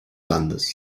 landes